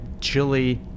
Chili